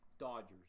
Dodgers